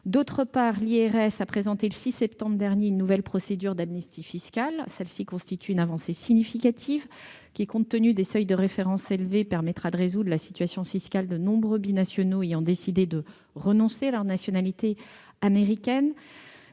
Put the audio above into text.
ailleurs, l'(IRS) a présenté le 6 septembre dernier une nouvelle procédure d'amnistie fiscale. Celle-ci constitue une avancée significative qui, compte tenu des seuils de référence élevés, permettra de résoudre la situation fiscale de nombreux binationaux ayant décidé de renoncer à leur nationalité américaine.